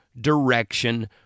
direction